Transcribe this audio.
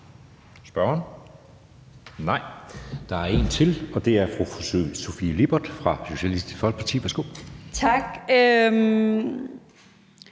til med en kort bemærkning, og det er fru Sofie Lippert fra Socialistisk Folkeparti. Værsgo. Kl.